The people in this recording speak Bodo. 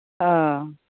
अह